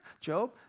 Job